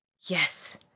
Yes